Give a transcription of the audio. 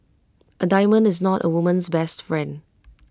A diamond is not A woman's best friend